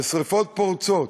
ושרפות פורצות,